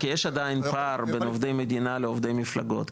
כי יש עדיין פער בין עובדי מדינה לעובדי מפלגות,